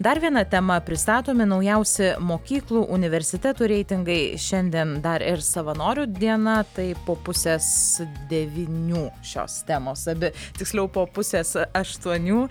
dar viena tema pristatomi naujausi mokyklų universitetų reitingai šiandien dar ir savanorių diena tai po pusės devynių šios temos abi tiksliau po pusės aštuonių